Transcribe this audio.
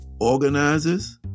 organizers